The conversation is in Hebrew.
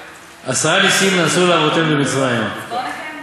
"עשרה נסים נעשו לאבותינו במצרים" אז בואו נקיים דיון.